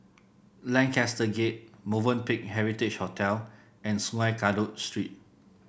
Lancaster Gate Movenpick Heritage Hotel and Sungei Kadut Street